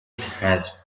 has